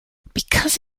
because